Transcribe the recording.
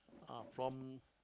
ah from